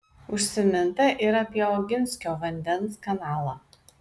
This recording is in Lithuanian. užsiminta ir apie oginskio vandens kanalą